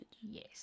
Yes